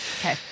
Okay